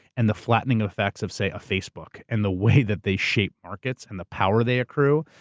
and the flattening effects of say, of facebook, and the way that they shape markets, and the power they accrue,